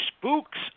spooks